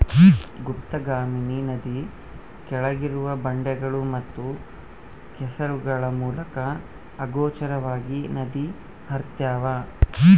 ಗುಪ್ತಗಾಮಿನಿ ನದಿ ಕೆಳಗಿರುವ ಬಂಡೆಗಳು ಮತ್ತು ಕೆಸರುಗಳ ಮೂಲಕ ಅಗೋಚರವಾಗಿ ನದಿ ಹರ್ತ್ಯಾವ